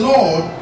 Lord